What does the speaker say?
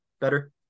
better